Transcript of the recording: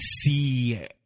see